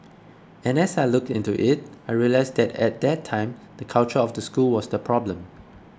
and as I looked into it I realised that at that time the culture of the school was the problem